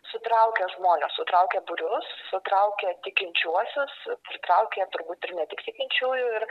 sutraukia žmones sutraukia būrius sutraukia tikinčiuosius pritraukia turbūt ir ne tik tikinčiųjų ir